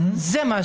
כל אחד